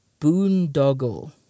boondoggle